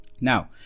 Now